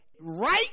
right